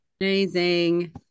amazing